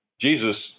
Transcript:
Jesus